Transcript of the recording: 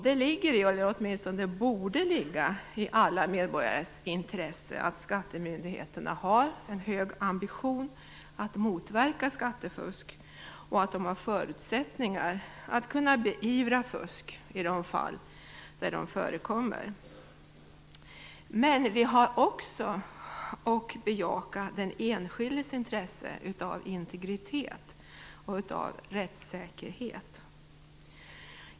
Det ligger i, eller borde åtminstone ligga i, alla medborgares intresse att skattemyndigheterna har en hög ambition att motverka skattefusk och att de har förutsättningar att kunna beivra fusk i de fall det förekommer. Men vi har också att bejaka den enskildes intresse av integritet och rättssäkerhet.